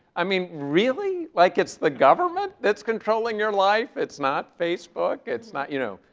i mean really? like, it's the government that's controlling your life? it's not facebook, it's not you know.